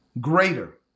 greater